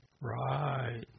Right